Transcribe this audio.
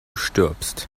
stirbst